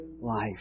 life